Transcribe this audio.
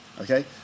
Okay